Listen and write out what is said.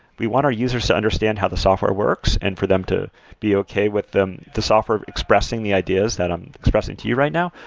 we want our users to understand how the software works and for them to be okay with them, the software expressing the ideas that i'm expressing to you right now.